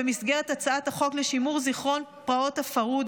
במסגרת הצעת החוק לשימור זיכרון פרעות הפרהוד,